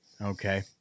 Okay